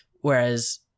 Whereas